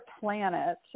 planet